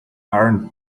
armed